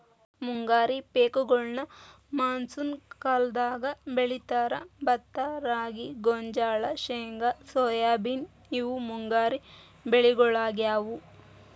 ಮುಂಗಾರಿ ಪೇಕಗೋಳ್ನ ಮಾನ್ಸೂನ್ ಕಾಲದಾಗ ಬೆಳೇತಾರ, ಭತ್ತ ರಾಗಿ, ಗೋಂಜಾಳ, ಶೇಂಗಾ ಸೋಯಾಬೇನ್ ಇವು ಮುಂಗಾರಿ ಬೆಳಿಗೊಳಾಗ್ಯಾವು